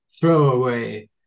throwaway